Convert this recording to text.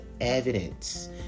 evidence